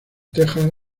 texas